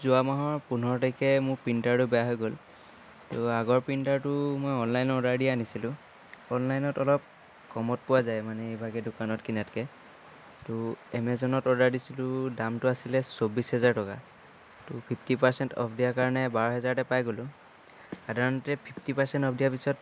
যোৱা মাহৰ পোন্ধৰ তাৰিখে মোৰ প্ৰিণ্টাৰটো বেয়া হৈ গ'ল তো আগৰ প্ৰিণ্টাৰটো মই অনলাইন অৰ্ডাৰ দি আনিছিলোঁ অনলাইনত অলপ কমত পোৱা যায় মানে এইভাগে দোকানত কিনাতকৈ এইটো এমেজনত অৰ্ডাৰ দিছিলোঁ দামটো আছিলে চৌব্বিছ হেজাৰ টকা তো ফিফ্টি পাৰ্চেণ্ট অফ দিয়াৰ কাৰণে বাৰ হেজাৰতে পাই গ'লোঁ সাধাৰণতে ফিফ্টি পাৰ্চেণ্ট অফ দিয়াৰ পিছত